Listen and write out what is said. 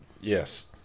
yes